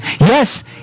Yes